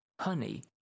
honey